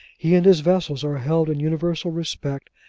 he and his vessel are held in universal respect,